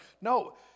No